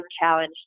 challenge